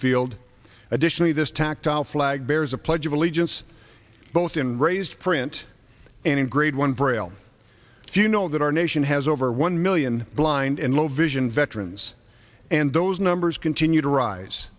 field additionally this tactile flag bears a pledge of allegiance both in raised print and in grade one braille if you know that our nation has over one million blind and low vision veterans and those numbers continue to rise